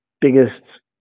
biggest